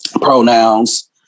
pronouns